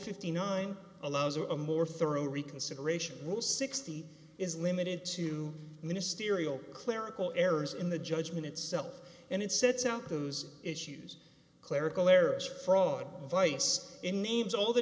fifty nine dollars allows a more thorough reconsideration rule sixty is limited to ministerial clerical errors in the judgment itself and it sets out those issues clerical errors fraud vice in names all the